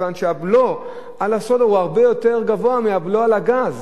מכיוון שהבלו על הסולר הוא הרבה יותר גבוה מהבלו על הגז.